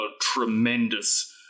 tremendous